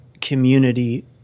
community